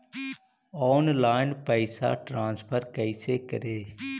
Online पैसा transfer कैसे करे?